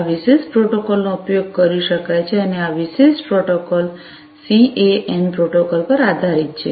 આ વિશિષ્ટ પ્રોટોકોલ નો ઉપયોગ કરી શકાય છે અને આ વિશિષ્ટ પ્રોટોકોલ સીએએન પ્રોટોકોલ પર આધારિત છે